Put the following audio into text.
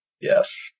Yes